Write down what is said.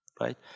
right